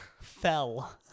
Fell